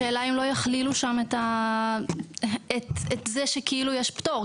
השאלה היא אם לא יכלילו את זה שיש פטור,